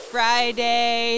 Friday